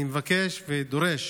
אני מבקש ודורש